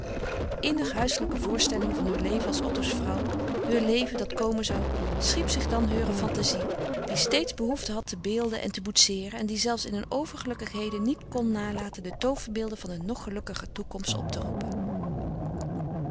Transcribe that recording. innig huiselijke voorstellingen van heur leven als otto's vrouw heur leven dat komen zou schiep zich dan heure fantazie die steeds behoefte had te beelden en te boetseeren en die zelfs in een overgelukkig heden niet kon nalaten de tooverbeelden van een nog gelukkiger toekomst op te roepen